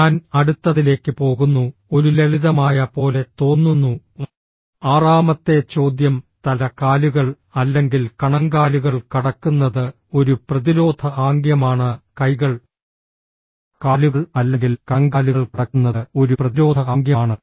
ഞാൻ അടുത്തതിലേക്ക് പോകുന്നു ഒരു ലളിതമായ പോലെ തോന്നുന്നു ആറാമത്തെ ചോദ്യം തല കാലുകൾ അല്ലെങ്കിൽ കണങ്കാലുകൾ കടക്കുന്നത് ഒരു പ്രതിരോധ ആംഗ്യമാണ് കൈകൾ കാലുകൾ അല്ലെങ്കിൽ കണങ്കാലുകൾ കടക്കുന്നത് ഒരു പ്രതിരോധ ആംഗ്യമാണ്